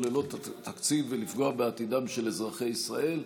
ללא תקציב ולפגוע בעתידם של אזרחי ישראל,